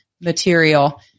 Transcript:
material